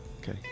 Okay